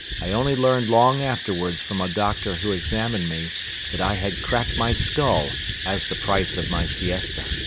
i only learned long afterwards from a doctor who examined me that i had cracked my skull as the price of my siesta.